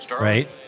right